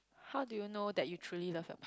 how do you know that you truly love your